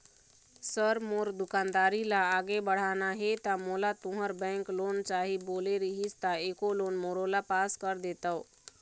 Sir मोर दुकानदारी ला आगे बढ़ाना हे ता मोला तुंहर बैंक लोन चाही बोले रीहिस ता एको लोन मोरोला पास कर देतव?